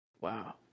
Wow